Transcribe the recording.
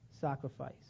sacrifice